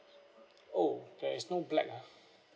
oh there's no black ah